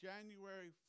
January